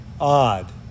odd